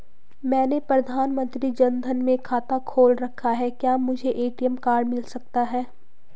मैंने प्रधानमंत्री जन धन में खाता खोल रखा है क्या मुझे ए.टी.एम कार्ड मिल सकता है?